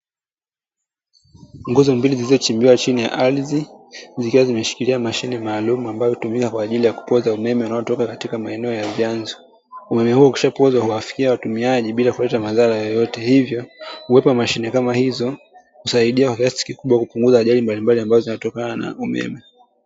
Nguzo mbili zilizochimbiwa chini ya ardhi, zikiwa zimeshikilia mashine maalumu ambayo hutumika kwa ajili ya kupoza umeme kutoka katika maeneo ya chanzo. Umeme huu ukishapozwa huwafikia watumiaji bila kuleta madhara yoyote, hivyo uwepo wa mashine kama hizo husaidia kwa kiasi kikubwa kupunguza ajali mbalimbali ambazo zinatokana na umeme.